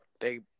big